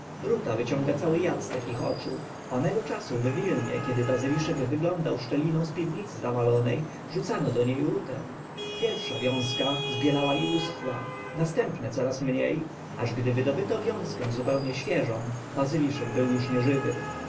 wyciąga cały ad z takich oczu onego czasu w wilnie kiedy bazyliszek wyglądał szczeliną z piwnicy zawalone rzucano do nie rutę pierwsza wiązka zbielała i uschła następne coraz mnie aż gdy wydobyto wiązkę zupełnie świeżą bazyliszek uż był nieżywy